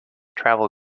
travel